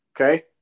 Okay